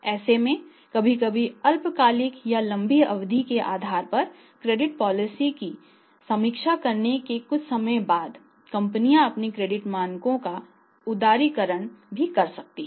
ऐसे में कभी कभी अल्पकालिक या लंबी अवधि के आधार पर क्रेडिट पॉलिसी की समीक्षा करने की कुछ समय बाद कंपनियां अपने क्रेडिट मानकों का उदारीकरण भी करती है